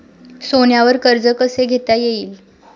सोन्यावर कर्ज कसे घेता येईल?